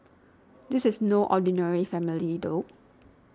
this is no ordinary family though